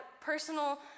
personal